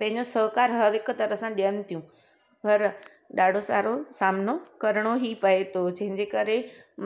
पहिंजो सहकारु हर हिकु तराहं सां ॾियनि थियूं पर ॾाढो सारो सामनो करणो ई पए थो जंहिंजे करे